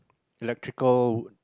electrical